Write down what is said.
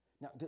Now